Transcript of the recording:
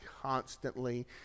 constantly